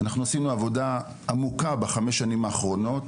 אנחנו עשינו עבודה עמוקה בחמש שנים האחרונות,